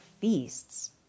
feasts